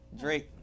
Drake